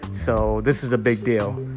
so this is a big deal.